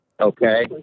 Okay